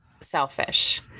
selfish